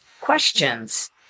questions